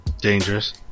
Dangerous